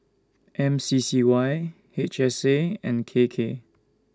M C C Y H S A and K K